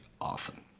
often